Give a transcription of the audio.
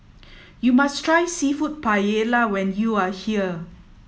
you must try Seafood Paella when you are here